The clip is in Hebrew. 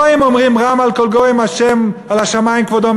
הגויים אומרים: "רם על כל גוים ה' על השמים כבודו",